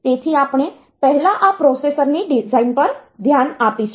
તેથી આપણે પહેલા આ પ્રોસેસરની ડિઝાઇન પર ધ્યાન આપીશું